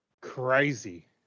crazy